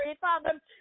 Father